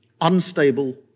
unstable